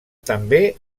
també